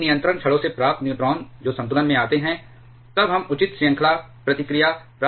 इन नियंत्रण छड़ों से प्राप्त न्यूट्रॉन जो संतुलन में आते हैं तब हम उचित श्रृंखला प्रतिक्रिया प्राप्त कर सकते हैं